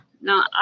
no